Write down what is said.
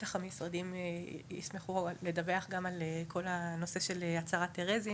בטח המשרדים ישמחו לדווח גם על כל הנושא של הצהרת טרזין.